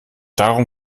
darum